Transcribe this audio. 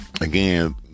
Again